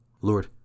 Lord